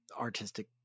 artistic